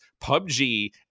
PUBG